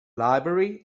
library